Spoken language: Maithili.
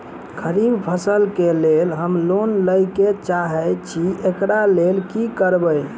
खरीफ फसल केँ लेल हम लोन लैके चाहै छी एकरा लेल की करबै?